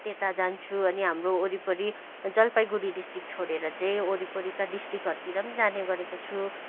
त्यता जान्छु अनि हाम्रो वरिपरि जलपाइगुडी डिस्ट्रिक छोडेर चाहिँ वरिपरिका डिस्ट्रिकहरूतिर जाने गरेको छु